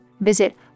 Visit